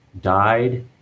died